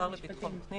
השר לביטחון פנים